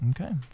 Okay